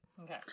Okay